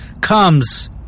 comes